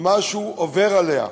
שמשהו עובר עליה,